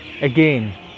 Again